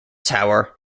tower